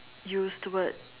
used words